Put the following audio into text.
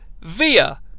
via